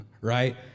Right